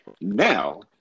Now